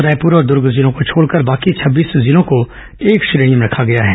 रायपुर और द्र्ग जिलों को छोड़कर बाकी छब्बीस जिलों को एक श्रेणी में रखा गया है